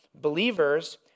believers